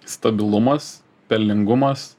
stabilumas pelningumas